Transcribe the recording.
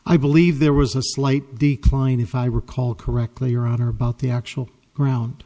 i believe there was a slight decline if i recall correctly your honor about the actual ground